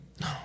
No